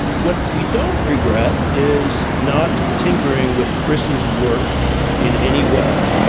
what we don't regret is not tinkering with chris's work in any way.